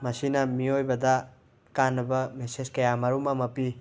ꯃꯁꯤꯅ ꯃꯤꯑꯣꯏꯕꯗ ꯀꯥꯅꯕ ꯃꯦꯁꯦꯁ ꯀꯌꯥꯃꯔꯨꯝ ꯑꯃ ꯄꯤ